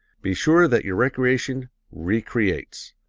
be sure that your recreation re-creates.